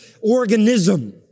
organism